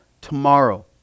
tomorrow